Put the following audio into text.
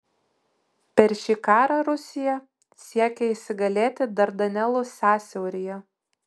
per šį karą rusija siekė įsigalėti dardanelų sąsiauryje